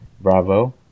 bravo